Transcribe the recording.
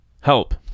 Help